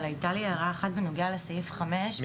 אבל הייתה לי הערה אחת בנוגע לסעיף 5.